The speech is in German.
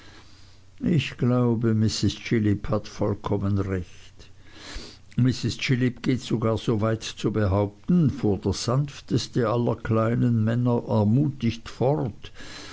ich glaube mrs chillip hat vollkommen recht mrs chillip geht sogar so weit zu behaupten fuhr der sanfteste aller kleinen männer ermutigt fort